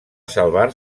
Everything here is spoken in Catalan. salvar